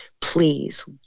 please